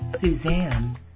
Suzanne